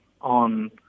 on